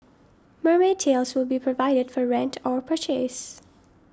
mermaid tails will be provided for rent or purchase